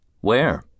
Where